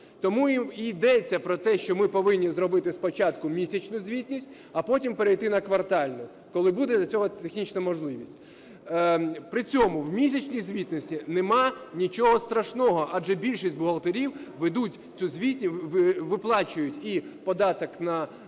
Тому і йдеться про те, що ми повинні зробити спочатку місячну звітність, а потім перейти на квартальну, коли буде для цього технічна можливість. При цьому в місячній звітності нема нічого страшного. Адже більшість бухгалтерів ведуть цю звітність, виплачують